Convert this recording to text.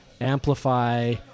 amplify